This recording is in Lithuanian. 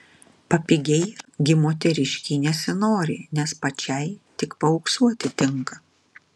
papigiai gi moteriškei nesinori nes pačiai tik paauksuoti tinka